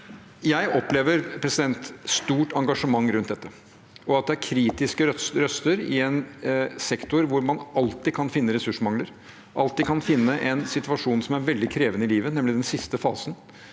Jeg opplever et stort engasjement rundt dette. At det er kritiske røster i en sektor hvor man alltid kan finne ressursmangler, alltid kan finne en situasjon som er veldig krevende i livet, nemlig den siste fasen,